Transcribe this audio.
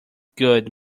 good